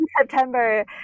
September